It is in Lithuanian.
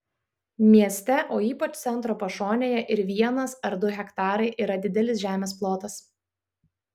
mieste o ypač centro pašonėje ir vienas ar du hektarai yra didelis žemės plotas